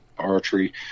archery